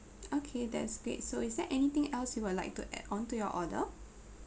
okay that's great so is there anything else you would like to add on to your order